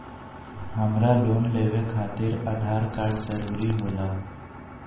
हमरा लोन लेवे खातिर आधार कार्ड जरूरी होला?